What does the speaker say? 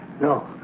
No